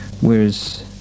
whereas